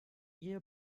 ihr